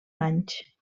anys